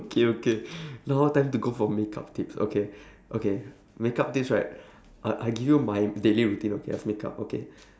okay okay now time to go for makeup tips okay okay makeup tips right uh I give you my daily routine okay as makeup okay